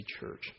Church